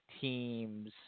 teams